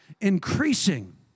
increasing